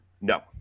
No